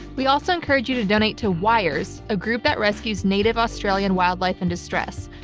we also encourage you to donate to wires, a group that rescues native australian wildlife in distress.